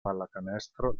pallacanestro